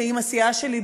ועם הסיעה שלי,